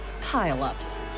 pile-ups